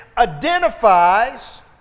identifies